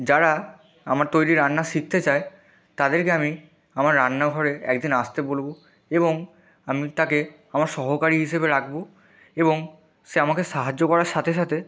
যারা আমার তৈরি রান্না শিখতে চাই তাদেরকে আমি আমার রান্নাঘরে এক দিন আসতে বলবো এবং আমি তাকে আমার সহকারী হিসেবে রাখবো এবং সে আমাকে সাহায্য করার সাথে সাথে